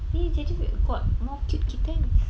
jadi got more cute kittens